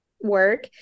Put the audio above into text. work